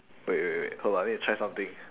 wait wait wait hold on I need to try something